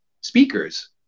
speakers